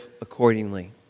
accordingly